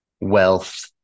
wealth